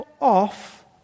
off